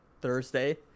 thursday